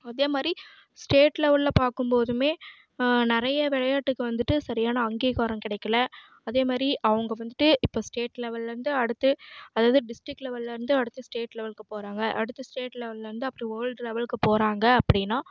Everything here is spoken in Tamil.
அதே மாதிரி ஸ்டேட் லெவலில் பார்க்கும் போதும் நிறைய விளையாட்டுக்கு வந்துட்டு சரியான அங்கீகாரம் கிடைக்கல அதே மாதிரி அவங்க வந்துட்டு இப்போ ஸ்டேட் லெவல்லிருந்து அடுத்து அதாவது டிஸ்ட்ரிக் லெவல்லிருந்து அடுத்து ஸ்டேட் லெவலுக்கு போகிறாங்க அடுத்து ஸ்டேட் லெவல்லிருந்து அப்புறம் வேல்டு லெவல்க்கு போகிறாங்க அப்படினா